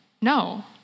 No